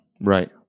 right